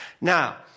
Now